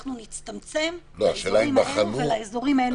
שאנחנו נצטמצם לאזורים האלה, ולאזורים האלה בלבד.